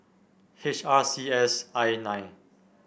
H R C S I nine